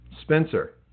Spencer